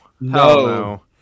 no